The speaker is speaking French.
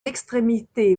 extrémité